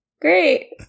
great